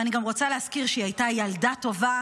ואני גם רוצה להזכיר שהיא הייתה ילדה טובה